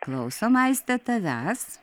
klausom aiste tavęs